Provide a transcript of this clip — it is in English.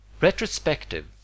Retrospective